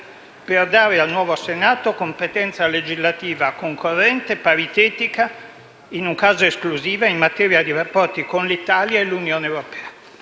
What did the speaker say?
per dare al nuovo Senato competenza legislativa concorrente e paritetica, in un caso esclusiva, in materia di rapporti dell'Italia con l'Unione europea.